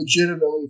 legitimately